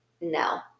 no